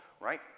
right